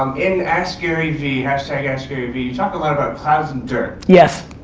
um in askgaryvee, so like askgaryvee, you talk a lot about clouds and dirt. yes.